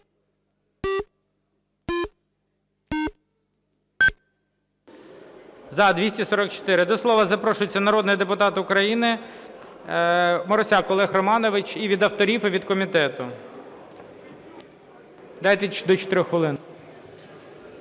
За-244 До слова запрошується народний депутат України Марусяк Олег Романович – і від авторів, і від комітету. Дайте до 4 хвилин.